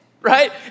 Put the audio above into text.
right